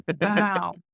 Wow